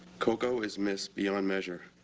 cocoa is missed beyond measure.